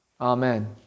Amen